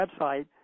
website